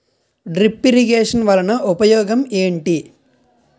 drip irrigation వలన ఉపయోగం ఏంటి